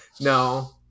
No